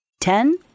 Ten